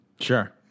Sure